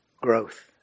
growth